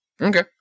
Okay